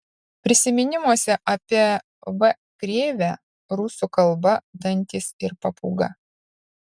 prisiminimuose apie v krėvę rusų kalba dantys ir papūga